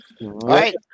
Right